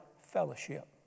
fellowship